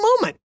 moment